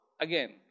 again